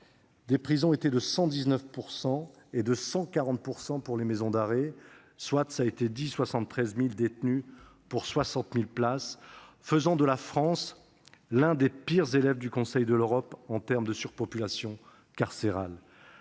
les prisons et de 140 % dans les maisons d'arrêt, soit 73 000 détenus pour 60 000 places, faisant de la France l'un des pires élèves du Conseil de l'Europe en termes de surpopulation carcérale.